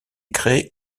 créées